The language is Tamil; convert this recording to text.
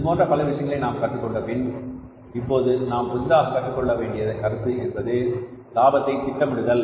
இதுபோன்ற பல விஷயங்களை நாம் கற்றுக் கொண்டபின் இப்போது நாம் புதிதாக கற்றுக் கொள்ளவேண்டிய கருத்து என்பது லாபத்தை திட்டமிடுதல்